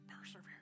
Persevere